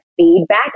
feedback